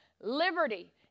Liberty